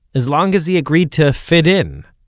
as long as he agreed to fit in.